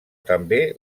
també